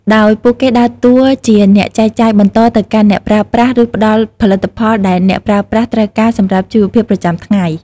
ដោយពួកគេដើរតួជាអ្នកចែកចាយបន្តទៅកាន់អ្នកប្រើប្រាស់ ឬផ្តល់ផលិតផលដែលអ្នកប្រើប្រាស់ត្រូវការសម្រាប់ជីវភាពប្រចាំថ្ងៃ។